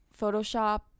Photoshop